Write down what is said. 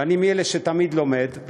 ואני מאלה שתמיד לומדים,